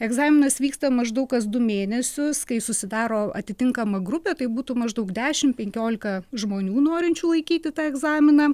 egzaminas vyksta maždaug kas du mėnesius kai susidaro atitinkama grupė tai būtų maždaug dešim penkiolika žmonių norinčių laikyti tą egzaminą